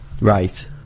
Right